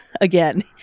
again